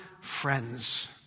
friends